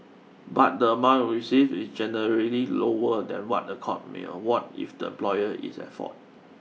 but the amount received is generally lower than what a court may award if the employer is at fault